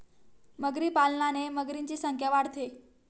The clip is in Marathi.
मगरी पालनाने मगरींची संख्या वाढते